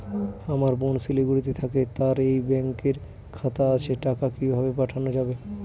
আমার বোন শিলিগুড়িতে থাকে তার এই ব্যঙকের খাতা আছে টাকা কি ভাবে পাঠানো যাবে?